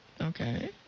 Okay